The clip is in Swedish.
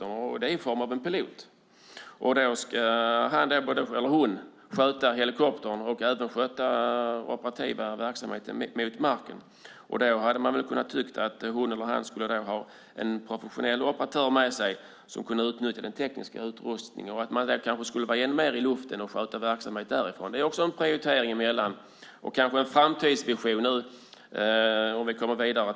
Han eller hon ska alltså både sköta helikoptern och den operativa verksamheten mot marken. Man kan tycka att han eller hon kanske borde ha en professionell operatör med sig, någon som kan utnyttja den tekniska utrustningen. Kanske skulle man kunna vara i luften ännu mer och sköta verksamheten därifrån. Det är också en prioriteringsfråga. Kanske kan det vara en framtidsvision, om vi kommer vidare.